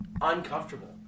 uncomfortable